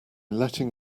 letting